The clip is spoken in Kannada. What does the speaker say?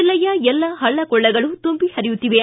ಜಿಲ್ಲೆಯ ಎಲ್ಲ ಹಳ್ಳಕೊಳ್ಳಗಳು ತುಂಬಿ ಹರಿಯುತ್ತಿವೆ